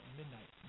midnight